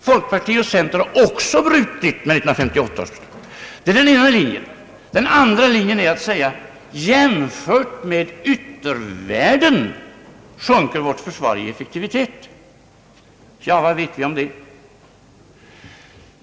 Folkpartiet och centern har också brutit med 1958 års beslut. Det är den ena linjen. Den andra linjen är att säga: Jämfört med yttervärlden sjunker vårt försvar i effektivitet. Ja, vad vet vi om det?